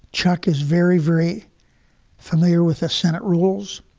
chuck is very, very familiar with the senate rules.